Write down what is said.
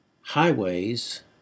highways